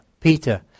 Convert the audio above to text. Peter